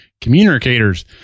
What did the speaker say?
communicators